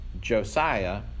Josiah